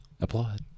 Applaud